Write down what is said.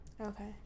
Okay